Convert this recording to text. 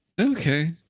Okay